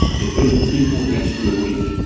it pitted the people against the elite.